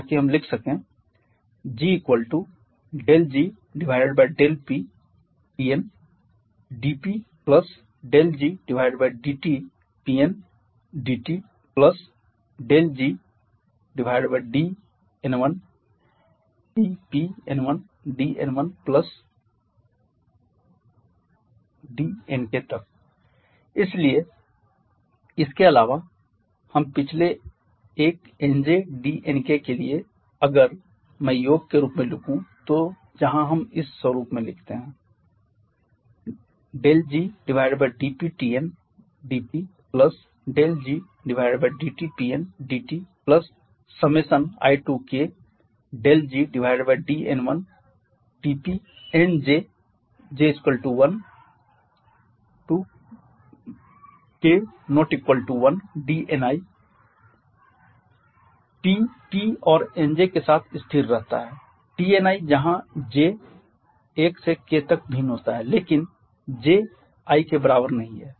ताकि हम लिख सकें GTn dPPn dTTPn1 dn1TPnj dnk इसलिए इसके अलावा हम पिछले एक nj dnk के लिए अगर मैं योग के रूप में लिखू तो जहां हम इस स्वरुप में लिखते हैं Tn dPPn dTi1kTPnjj1k1 dni T P और nj के साथ स्थिर रहता है dni जहां j 1 से k तक भिन्न होता है लेकिन j i के बराबर नहीं है